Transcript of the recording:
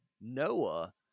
Noah